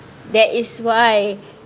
that is why